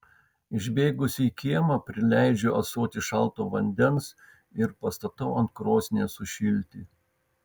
išbėgusi į kiemą prileidžiu ąsotį šalto vandens ir pastatau ant krosnies sušilti